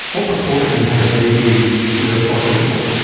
what proportion had a baby with a short interval,